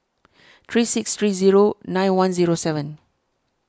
three six three zero nine one zero seven